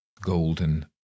golden